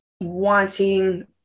wanting